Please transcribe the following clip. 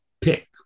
pick